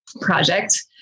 project